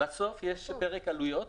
בסוף יש פרק עלויות.